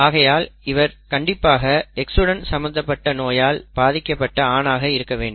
ஆகையால் இவர் கண்டிப்பாக X உடன் சம்மந்தப்பட்ட நோயால் பாதிக்கப்பட்ட ஆணாக இருக்க வேண்டும்